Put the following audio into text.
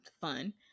fun